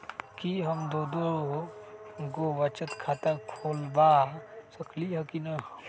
कि हम दो दो गो बचत खाता खोलबा सकली ह की न?